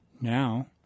Now